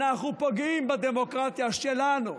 אנחנו פוגעים בדמוקרטיה שלנו.